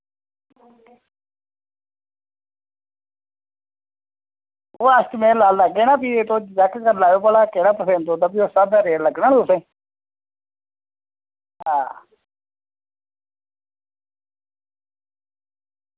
ओह् ऐस्टीमेट लाई लैगे ना फ्ही तुस चेक करी लैएओ भला केह्ड़ा पसंद औग फ्ही उस्सै स्हाबै दा रेट लग्गना ना तुसेंई आ